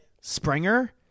Springer